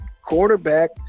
Quarterback